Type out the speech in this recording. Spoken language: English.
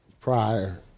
prior